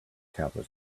tablets